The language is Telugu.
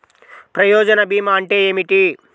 ప్రయోజన భీమా అంటే ఏమిటి?